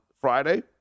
Friday